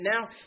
now